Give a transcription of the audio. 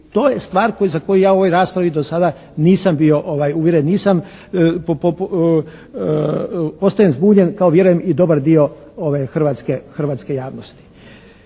to je stvar za koju ja u ovoj raspravi do sada nisam bio uvjeren, nisam, ostajem zbunjen kao vjerujem i dobar dio ove hrvatske javnosti.